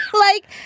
like,